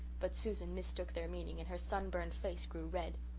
but susan mistook their meaning and her sun-burned face grew red.